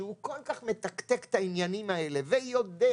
שהוא כל כך מתקתק את העניינים האלה ויודע